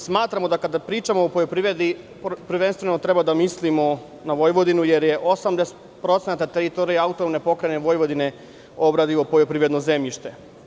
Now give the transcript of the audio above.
Smatramo, da kada pričamo o poljoprivredi, prvenstveno treba da mislimo na Vojvodinu, jer je 80% teritorije AP Vojvodine obradivo poljoprivredno zemljište.